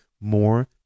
more